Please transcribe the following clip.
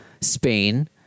Spain